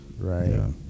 Right